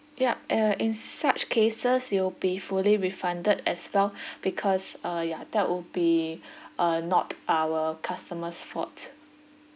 yup uh in such cases you will be fully refunded as well because uh ya that would be uh not our customers' fault